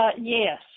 Yes